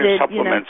supplements